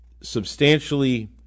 substantially